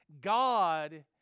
God